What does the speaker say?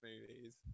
movies